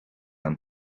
een